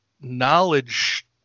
knowledge